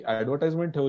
advertisement